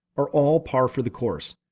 are all par for the course.